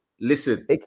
Listen